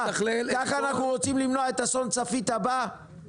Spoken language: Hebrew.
ככה אנחנו רוצים למנוע את אסון צפית הבא?